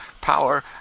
power